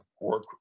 work